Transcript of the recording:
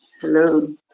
Hello